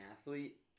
athlete